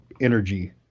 energy